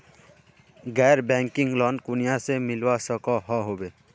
गैर banking loan कुनियाँ से मिलवा सकोहो होबे?